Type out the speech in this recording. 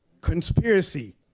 Conspiracy